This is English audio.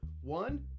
one